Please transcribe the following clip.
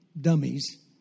dummies